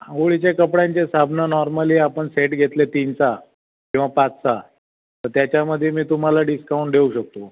आंघोळीचे कपड्यांचे साबण नॉर्मली आपण सेट घेतले तीनचा किंवा पाचचा तर त्याच्यामध्ये मी तुम्हाला डिस्काऊण देऊ शकतो